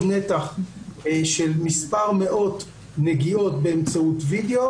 נתח של מספר מאות נגיעות באמצעות ווידאו.